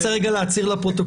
אני רוצה רגע להצהיר לפרוטוקול,